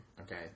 Okay